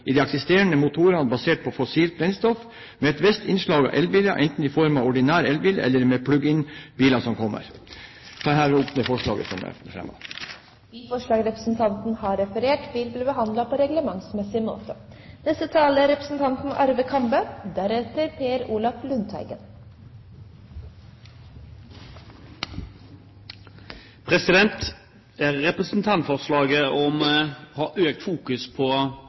gjelder de eksisterende motorene basert på fossilt brennstoff, med et visst innslag av elbiler enten i form av ordinær elbil eller med plug-in-biler. Jeg tar herved opp forslagene nr. 1 og 3. Representanten Kenneth Svendsen har tatt opp de forslag han refererte til. Representantforslaget om å ha økt fokus på